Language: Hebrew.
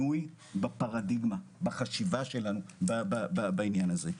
שינוי בפרדיגמה, בחשיבה שלנו בעניין הזה.